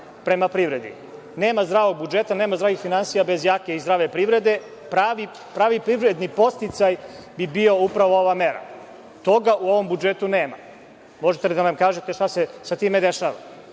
prema privredi. Nema zdravog budžeta, zdravih finansija bez jake i zdrave privrede, ali pravi privredni podsticaj bi bio upravo ova mera. Toga u ovom budžetu nema. Možete li da nam kažete – šta se sa time dešava? Sa